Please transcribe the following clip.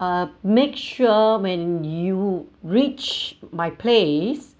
uh make sure when you reach my place